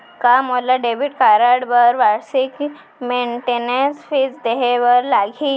का मोला credit card बर वार्षिक मेंटेनेंस फीस देहे बर लागही?